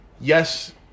Yes